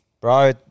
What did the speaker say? Bro